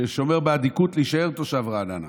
ששומר באדיקות על להישאר תושב רעננה.